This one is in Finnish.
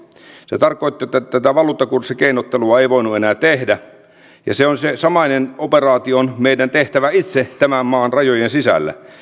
se tarkoitti että valuuttakurssikeinottelua ei voinut enää tehdä se samainen operaatio on meidän tehtävä itse tämän maan rajojen sisällä